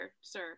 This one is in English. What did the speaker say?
sir